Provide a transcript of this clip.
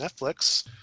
Netflix